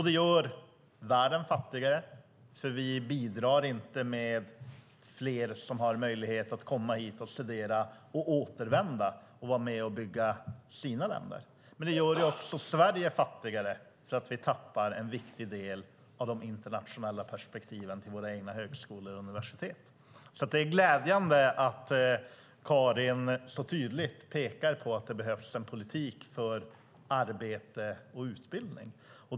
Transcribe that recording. Det gör världen fattigare, för vi bidrar inte till att fler har möjlighet att komma hit och studera och återvända och vara med och bygga sina länder. Det gör också Sverige fattigare, därför att vi tappar en viktig del av de internationella perspektiven till våra egna högskolor och universitet. Därför är det glädjande att Karin så tydligt pekar på att det behövs en politik för arbete och utbildning.